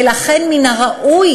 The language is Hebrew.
ולכן מן הראוי,